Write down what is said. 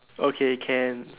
okay can